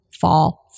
fall